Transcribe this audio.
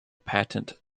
patent